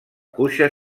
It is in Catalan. cuixa